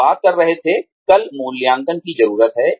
हम बात कर रहे थे कल मूल्यांकन की जरूरत है